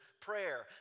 prayer